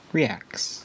Reacts